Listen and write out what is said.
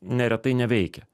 neretai neveikia